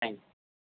thanks